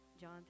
John